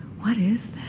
what is